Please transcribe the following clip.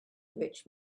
rich